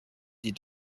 die